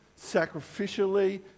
sacrificially